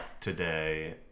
today